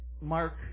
Mark